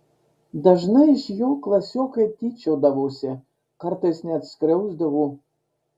dažnai iš jo klasiokai tyčiodavosi kartais net skriausdavo